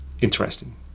interesting